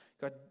God